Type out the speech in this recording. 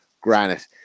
granite